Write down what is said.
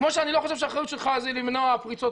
כמו שאני לא חושב שהאחריות שלך זה למנוע פריצות